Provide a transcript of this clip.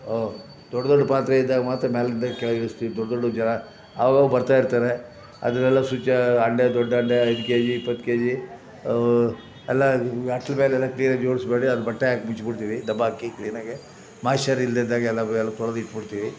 ದೊಡ್ಡ ದೊಡ್ಡ ಪಾತ್ರೆ ಇದ್ದಾಗ ಮಾತ್ರ ಮೇಲಿಂದ ಕೆಳಗೆ ಇಳಿಸ್ತಿವಿ ದೊಡ್ಡ ದೊಡ್ಡ ಜನ ಆವಾಗಾವಾಗ ಬರ್ತಾ ಇರ್ತಾರೆ ಅದನ್ನೆಲ್ಲ ಫ್ರಿಜ್ ಹಂಡೆ ದೊಡ್ಡ ಹಂಡೆ ಐದು ಕೆಜಿ ಇಪ್ಪತ್ತು ಕೆಜಿ ಎಲ್ಲ ಅಟ್ಟದ ಮೇಲೆಲ್ಲ ಕ್ಲೀನಾಗಿ ಜೋಡಿಸ್ಬೇಡಿ ಅದು ಬಟ್ಟೆ ಹಾಕಿ ಮುಚ್ಚಿಬಿಡ್ತಿವಿ ದಬಾಕಿ ಕ್ಲೀನಾಗೆ ಇಲ್ದಿದ್ದಾಗ ಎಲ್ಲ ತೊಳ್ದು ಇಟ್ಬಿಡ್ತಿವಿ